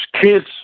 kids